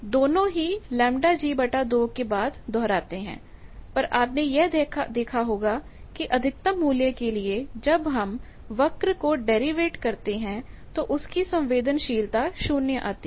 दोनों ही के बाद दोहराते है पर आपने यह देखा होगा कि अधिकतम मूल्य के लिए जब हम वक्र को डेरीवेट करते हैं तो उसकी संवेदनशीलता 0 आती है